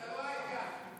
אתה לא העניין,